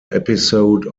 episode